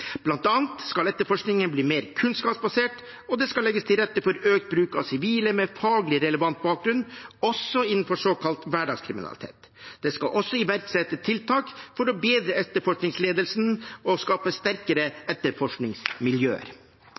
skal etterforskningen bli mer kunnskapsbasert, og det skal legges til rette for økt bruk av sivile med faglig relevant bakgrunn, også innenfor såkalt hverdagskriminalitet. Det skal også iverksettes tiltak for å bedre etterforskningsledelsen og skape sterkere etterforskningsmiljøer.